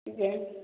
gents